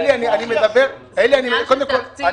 אני מדבר על הביומטרי.